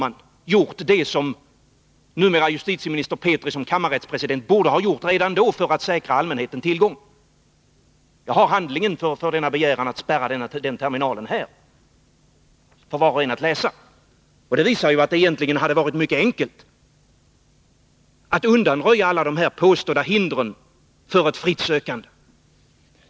Där gjorde man det som numera justitieminister Petri borde ha gjort redan såsom kammarrättspresident för att säkra allmänhetens tillgång till uppgifterna. Jag har här tör var och en att läsa handlingen med begäran om att man skulle spärra denna terminal. Den handlingen visar att det egentligen hade varit mycket enkelt att undanröja alla de påstådda hindren för ett fritt sökande.